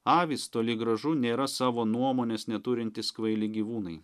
avys toli gražu nėra savo nuomonės neturintys kvaili gyvūnai